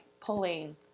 pulling